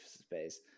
space